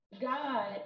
God